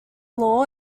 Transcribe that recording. law